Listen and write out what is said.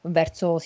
verso